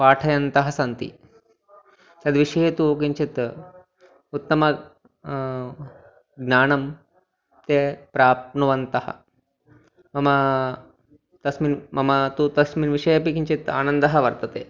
पाठयन्तः सन्ति तद्विषये तु किञ्चित् उत्तम ज्ञानं ते प्राप्नुवन्तः मम तस्मिन् मम तु तस्मिन् विषये अपि किञ्चित् आनन्दः वर्तते